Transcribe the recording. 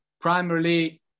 primarily